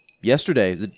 yesterday